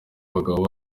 abagabo